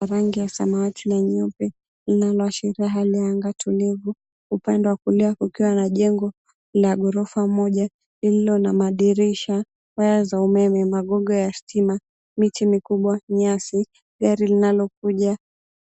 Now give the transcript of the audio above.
Rangi ya samawati na nyeupe linaloashiria hali ya anga tulivu, upande wa kulia kukiwa na jengo la ghorofa moja lililo na madirisha, nyaya za umeme, magogo ya stima, miti mikubwa, nyasi, gari linalokuja